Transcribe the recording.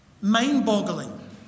mind-boggling